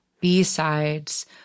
B-sides